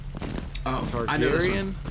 Targaryen